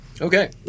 Okay